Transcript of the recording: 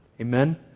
Amen